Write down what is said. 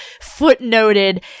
footnoted